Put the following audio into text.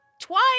twice